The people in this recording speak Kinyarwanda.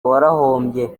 warahombye